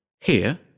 Here